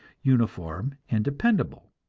uniform and dependable,